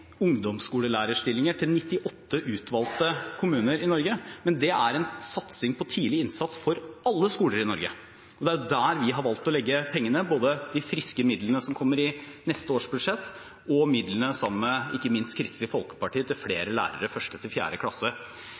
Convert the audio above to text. ungdomsskolelærerstillinger til 98 utvalgte kommuner i Norge, men en satsing på tidlig innsats for alle skoler i Norge. Det er der vi har valgt å legge pengene, både de friske midlene som kommer i neste års budsjett, og midlene, sammen med ikke minst Kristelig Folkeparti, til flere lærere i 1.–4. klasse. Hvis vi klarer å sette inn tiltak f.eks. på språk i 1. klasse,